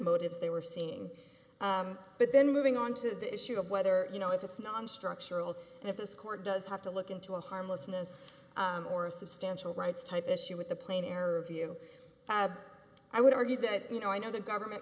motives they were seeing but then moving on to the issue of whether you know if it's nonstructural and if this court does have to look into a harmlessness or a substantial rights type issue with a plane error of you have i would argue that you know i know the government